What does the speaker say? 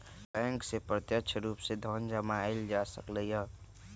bank से प्रत्यक्ष रूप से धन जमा एइल जा सकलई ह